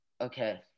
Okay